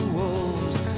wolves